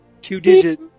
two-digit